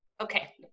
okay